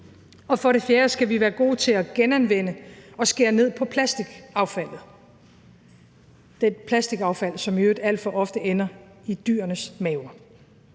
For det fjerde skal vi være gode til at genanvende og skære ned på plastikaffaldet – det plastikaffald, som i øvrigt alt for ofte ender i dyrenes maver.